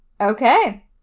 okay